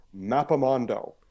Mapamondo